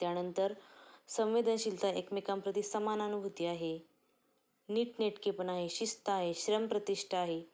त्यानंतर संवेदनशीलता एकमेकांप्रती समानानुभूती आहे नीटनेटकेपणा आहे शिस्त आहे श्रमप्रतिष्ठा आहे